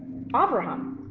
Abraham